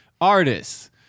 artists